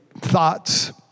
thoughts